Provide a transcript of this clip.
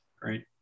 Great